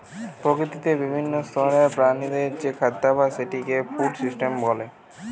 প্রকৃতিতে বিভিন্ন স্তরের প্রাণীদের যে খাদ্যাভাস সেটাকে ফুড সিস্টেম বলে